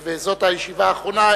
וזאת הישיבה האחרונה,